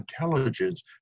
intelligence